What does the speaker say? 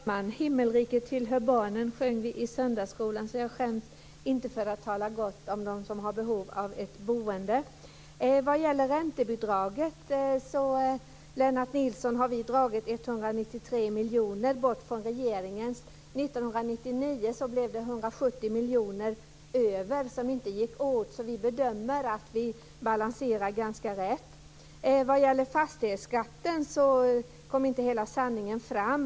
Fru talman! Himmelriket tillhör barnen, sjöng vi i söndagsskolan, så jag skäms inte för att tala gott om dem som har behov av ett boende. När det gäller räntebidraget, Lennart Nilsson, har vi dragit bort 193 miljoner från regeringens förslag. 1999 blev det 170 miljoner över som inte gick åt. Därför bedömer vi att vi balanserar ganska rätt. Vad gäller fastighetsskatten kom inte hela sanningen fram.